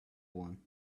one